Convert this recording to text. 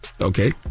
okay